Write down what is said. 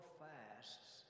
fasts